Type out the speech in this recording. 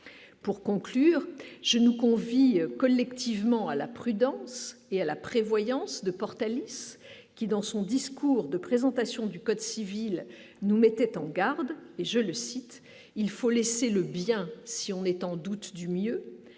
pour conclure je nous convie collectivement à la prudence et à la prévoyance de Portalis qui, dans son discours de présentation du code civil nous mettait en garde et je le cite : il faut laisser le bien, si on est douteux : du mieux